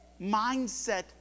mindset